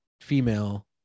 female